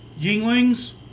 Yinglings